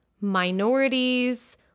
minorities